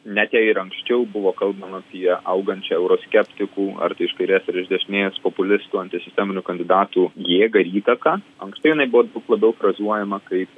net jei ir anksčiau buvo kalbama apie augančią euroskeptikų ar tai iš kairės ir iš dešinės populistų antisisteminių kandidatų jėgą įtaką anksti jinai buvo daug labiau pozuojama kaip